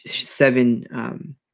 seven